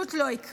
פשוט לא יקרה.